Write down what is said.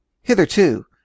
Hitherto